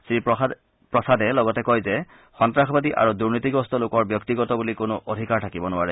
শ্ৰীপ্ৰসাদে লগতে কয় যে সন্ত্ৰাসবাদী আৰু দুৰ্নীতিগ্ৰস্ত লোকৰ ব্যক্তিগত বুলি কোনো অধিকাৰ থাকিব নোৱাৰে